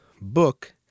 book